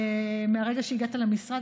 מהרגע שהגעת למשרד,